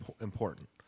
important